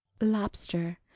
Lobster